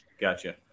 Gotcha